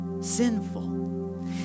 sinful